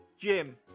Jim